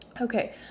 okay